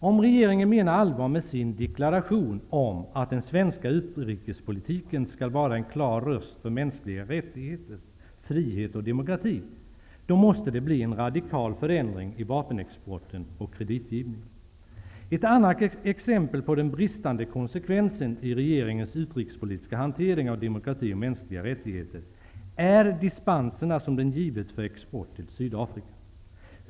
Om regeringen menar allvar med sin deklaration att den svenska utrikespolitiken skall vara en klar röst för mänskliga rättigheter, frihet och demokrati måste en radikal förändring i vapenexporten och kreditgivningen ske. Ett annat exempel på den bristande konsekvensen i regeringens utrikespolitiska hantering av demokrati och mänskliga rättigheter är dispenserna som den givit för export till Sydafrika.